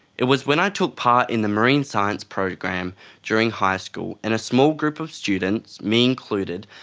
it was when i took part in the marine science program during high school, and a small group of students, me included,